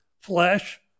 Flesh